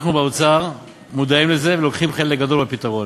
אנחנו באוצר מודעים לזה ולוקחים חלק גדול מהפתרון,